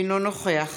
אינו נוכח